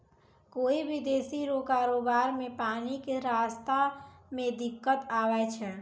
कोय विदेशी रो कारोबार मे पानी के रास्ता मे दिक्कत आवै छै